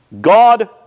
God